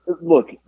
Look